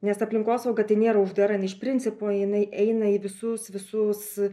nes aplinkosauga tai nėra uždara iš principo jinai eina į visus visus